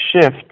shift